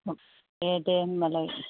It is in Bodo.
ए दे होनबालाय